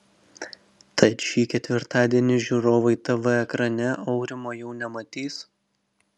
tad šį ketvirtadienį žiūrovai tv ekrane aurimo jau nematys